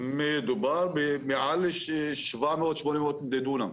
מדובר על מעל 800 דונם.